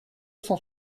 cent